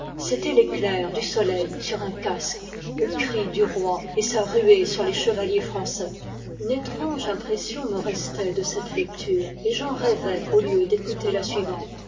c'était l'éclair du soleil sur un casque le cri du roi et sa ruée sur les chevaliers français une étrange impression me restait de cette lecture et j'en rêvais au lieu d'écouter la suivante